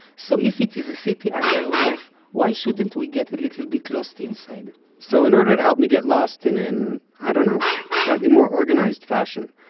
so if it is a city under a roof, why shouldn't we get a little bit lost inside? so in order to help me get lost in an, i dunno, slightly more organized fashion,